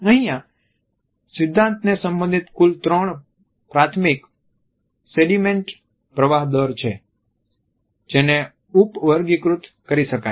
અહિયાં સિદ્ધાંતને સંબંધિત કુલ ત્રણ પ્રાથમિક સેડીમેન્ટ પ્રવાહ દર છે જેને ઉપ વર્ગીકૃત કરી શકાય છે